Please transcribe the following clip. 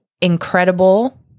incredible